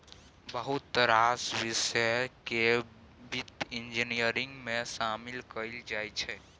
बहुत रास बिषय केँ बित्त इंजीनियरिंग मे शामिल कएल जाइ छै